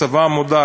הצבא מודע,